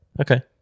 Okay